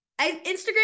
instagram